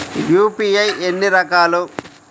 UPI ఎన్ని రకాలు?